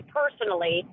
personally